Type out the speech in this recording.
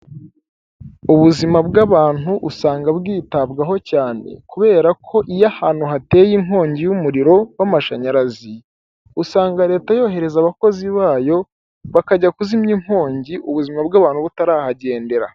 Ubuzima bw'abantu usanga bwitabwaho cyane, kubera ko iyo ahantu hateye inkongi y'umuriro w'amashanyarazi, usanga leta yohereza abakozi bayo, bakajya kuzimya inkongi ubuzima bw'abantu butarahagendera.